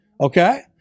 Okay